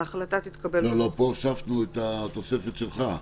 ההחלטה תתקבל ברוב קולות." פה הוספנו את התוספת שלך.